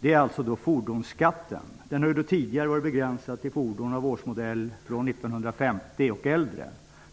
gäller fordonsskatten. Den har tidigare varit begränsad till fordon av årsmodell 1950 eller äldre.